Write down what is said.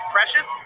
Precious